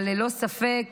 אבל ללא ספק,